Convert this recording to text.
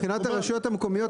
שמבחינת הרשויות המקומיות,